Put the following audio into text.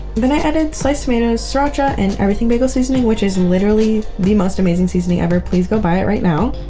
then i added sliced tomatoes, sriracha, and everything bagel seasoning, which is literally the most amazing seasoning ever. please go buy it right now.